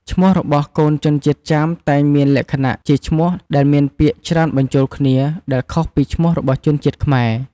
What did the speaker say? ឈ្មោះរបស់កូនជនជាតិចាមតែងមានលក្ខណៈជា ឈ្មោះដែលមានពាក្យច្រើនបញ្ចូលគ្នា ដែលខុសពីឈ្មោះរបស់ជនជាតិខ្មែរ។